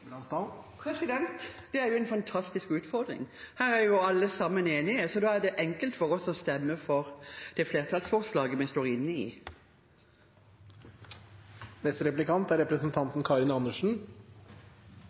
Det er jo en fantastisk utfordring. Her er alle sammen enige, så da er det enkelt for oss å stemme for et flertallsforslag vi står inne i. SV og Kristelig Folkeparti er